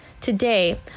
Today